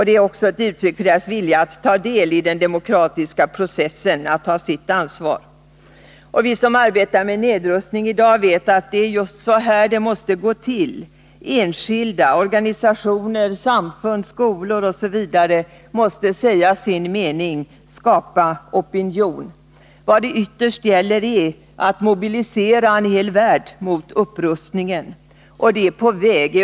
Det är också ett uttryck för deras vilja att ta del i den demokratiska processen, att ta sitt ansvar. Vi som arbetar med nedrustning i dag vet att det är just så här det måste gå till. Enskilda, organisationer, samfund, skolor osv. måste säga sin mening — skapa opinion. Vad det ytterst gäller är att en hel värld mobiliseras mot upprustningen. Det är på väg att ske.